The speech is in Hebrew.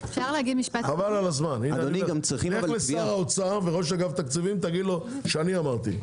לך לשר האוצר ולראש אגף תקציבים ותגיד להם שאני אמרתי.